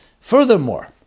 Furthermore